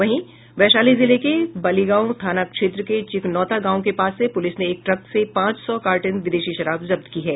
वहीं वैशाली जिले के वलिगांव थाना क्षेत्र के चिकनौता गांव के पास से पुलिस ने एक ट्रक से पांच सौ कार्टन विदेशी शराब जब्त की है